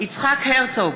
יצחק הרצוג,